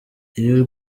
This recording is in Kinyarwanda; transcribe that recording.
iyo